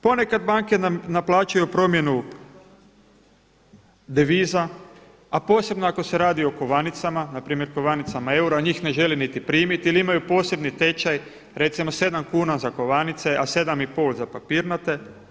Ponekad banke naplaćuju promjenu deviza a posebno ako se radi o kovanicama, npr. kovanicama eura, njih ne želi niti primiti jer imaju posebni tečaj, recimo 7 kuna za kovanice a 7,5 za papirnate.